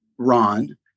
ron